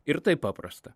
ir tai paprasta